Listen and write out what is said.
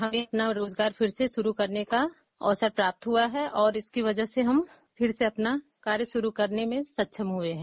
हमें अपना रोजगार फिर से शुरू करने का अवसर प्राप्त हुआ है और इसकी वजह से हम फिर से अपना कार्य शुरू करने में सक्षम हुए हैं